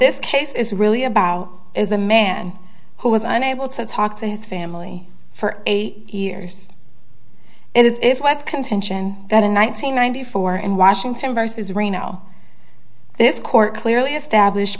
this case is really about is a man who was unable to talk to his family for eight years and is what's contention that in one nine hundred ninety four in washington versus reno this court clearly established